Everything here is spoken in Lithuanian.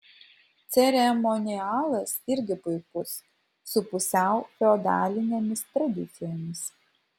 ceremonialas irgi puikus su pusiau feodalinėmis tradicijomis